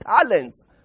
talents